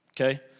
okay